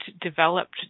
developed